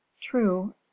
true